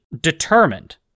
determined